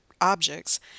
objects